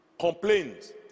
Complaints